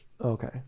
Okay